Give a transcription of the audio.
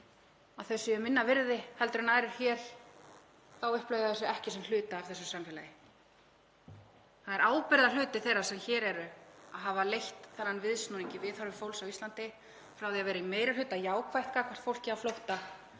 Það er ábyrgðarhluti þeirra sem hér eru að hafa leitt þennan viðsnúning í viðhorfi fólks á Íslandi, frá því að vera að meiri hluta jákvætt gagnvart fólki á flótta